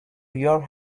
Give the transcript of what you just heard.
your